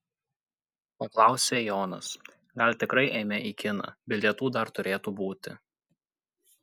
paklausė jonas gal tikrai eime į kiną bilietų dar turėtų būti